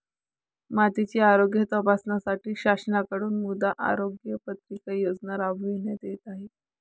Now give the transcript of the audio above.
मातीचे आरोग्य तपासण्यासाठी शासनाकडून मृदा आरोग्य पत्रिका योजना राबविण्यात येत आहे